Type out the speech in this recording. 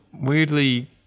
weirdly